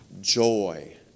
joy